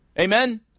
amen